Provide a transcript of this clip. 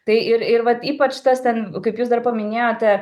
tai ir ir va ypač tas ten kaip jūs dar paminėjote